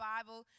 Bible